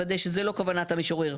לוודא שזה לא כוונת המשורר.